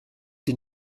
den